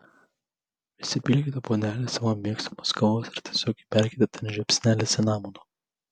prisipilkite puodelį savo mėgstamos kavos ir tiesiog įberkite ten žiupsnelį cinamono